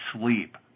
sleep